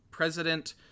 President